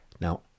Now